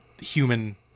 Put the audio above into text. human